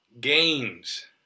games